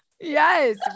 Yes